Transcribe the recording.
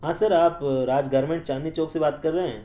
ہاں سر آپ راج گارمنٹ چاندنی چوک سے بات کر رہے ہیں